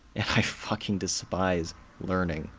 and i fucking despise learning.